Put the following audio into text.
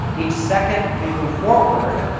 each second we move forward,